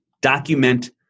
Document